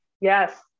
Yes